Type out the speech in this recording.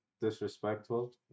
disrespectful